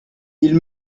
ils